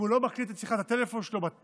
אם הוא לא מקליט את שיחת הטלפון שלו בנייד,